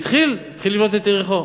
והתחיל לבנות את יריחו.